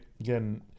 again